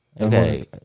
Okay